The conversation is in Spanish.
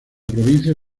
provincia